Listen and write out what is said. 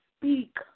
speak